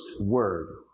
word